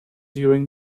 during